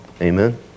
Amen